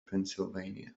pennsylvania